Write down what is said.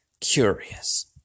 Curious